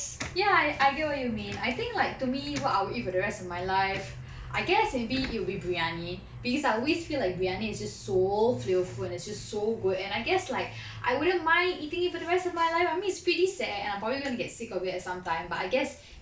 ya I get what you mean I think like to me what I'll eat for the rest of my life I guess it'll be it'll be biryani because I always feel like biryani is just so flavourful and is just so good and I guess like I wouldn't mind eating it for the rest of my life I mean it's pretty sad I probably gonna get sick of it sometime but I guess